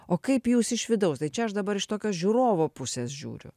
o kaip jūs iš vidaus tai čia aš dabar iš tokio žiūrovo pusės žiūriu